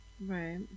right